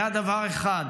היה דבר אחד: